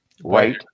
white